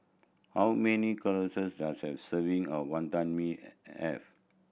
how many does a serving of Wantan Mee have